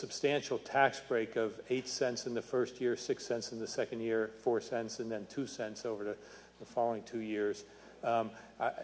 substantial tax break of eight cents in the first year six cents in the second year four cents and then two cents over the following two years